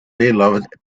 beloved